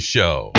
Show